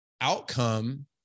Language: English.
outcome